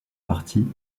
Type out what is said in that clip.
parti